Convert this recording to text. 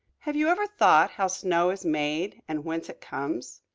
have you ever thought how snow is made, and whence it comes?